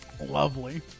lovely